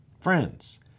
friends